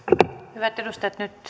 hyvät edustajat nyt